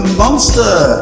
monster